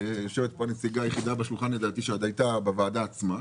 ויושבת פה הנציגה היחידה בשולחן שעוד הייתה בוועדה עצמה,